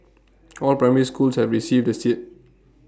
all primary schools have received the set